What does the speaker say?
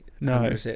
No